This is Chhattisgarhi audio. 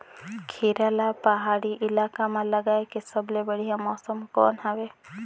खीरा ला पहाड़ी इलाका मां लगाय के सबले बढ़िया मौसम कोन हवे?